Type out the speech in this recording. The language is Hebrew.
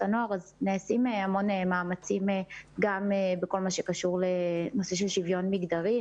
הנוער נעשים המון מאמצים גם בכל מה שקשור לשוויון מגדרי.